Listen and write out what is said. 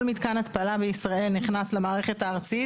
כל מתקן התפלה בישראל נכנס למערכת הארצית